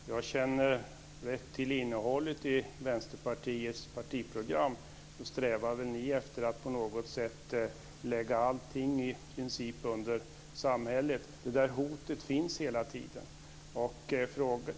Fru talman! Om jag känner till innehållet rätt i Vänsterpartiets partiprogram så strävar ni väl efter att på något sätt i princip lägga allt i samhällets regi. Det hotet finns hela tiden.